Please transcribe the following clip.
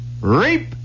reap